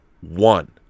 one